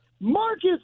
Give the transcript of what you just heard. Marcus